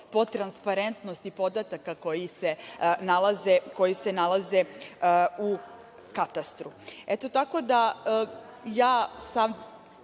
po transparentnosti podataka koji se nalaze u katastru. Eto, tako da, ne znam